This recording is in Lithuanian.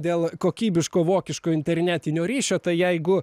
dėl kokybiško vokiško internetinio ryšio tai jeigu